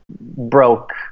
broke